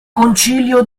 concilio